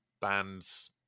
bands